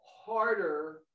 harder